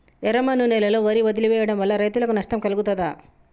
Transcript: ఎర్రమన్ను నేలలో వరి వదిలివేయడం వల్ల రైతులకు నష్టం కలుగుతదా?